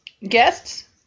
guests